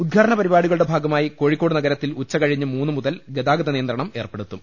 ഉദ്ഘാടന പരിപാടികളുടെ ഭാഗമായി കോഴിക്കോട് നഗരത്തിൽ ഉച്ചകഴിഞ്ഞ് മൂന്നുമുതൽ ഗതാഗതനിയന്ത്രണം ഏർപ്പെ ടുത്തും